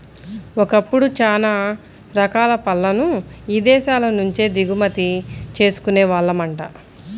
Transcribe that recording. ఒకప్పుడు చానా రకాల పళ్ళను ఇదేశాల నుంచే దిగుమతి చేసుకునే వాళ్ళమంట